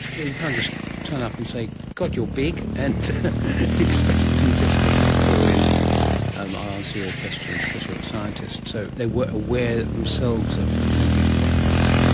you can't just turn up and say, god, you're big and expect them just to sort of fall in and ah answer your questions because you were a scientist, so they were aware themselves of plenty of problems.